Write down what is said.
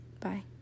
Bye